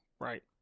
right